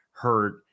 Hurt